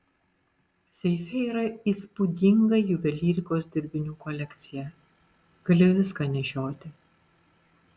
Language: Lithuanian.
seife yra įspūdinga juvelyrikos dirbinių kolekcija gali viską nešioti